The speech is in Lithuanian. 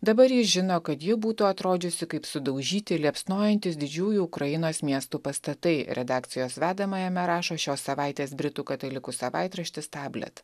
dabar jis žino kad ji būtų atrodžiusi kaip sudaužyti liepsnojantys didžiųjų ukrainos miestų pastatai redakcijos vedamajame rašo šios savaitės britų katalikų savaitraštis tablet